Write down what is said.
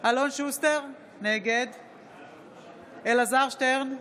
אלון שוסטר, נגד אלעזר שטרן,